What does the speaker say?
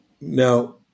now